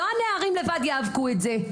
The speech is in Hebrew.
לא הנערים לבד ייאבקו עם זה,